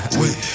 wait